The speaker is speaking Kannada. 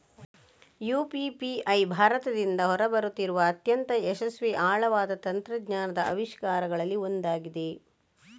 ಯು.ಪಿ.ಪಿ.ಐ ಭಾರತದಿಂದ ಹೊರ ಬರುತ್ತಿರುವ ಅತ್ಯಂತ ಯಶಸ್ವಿ ಆಳವಾದ ತಂತ್ರಜ್ಞಾನದ ಆವಿಷ್ಕಾರಗಳಲ್ಲಿ ಒಂದಾಗಿದೆ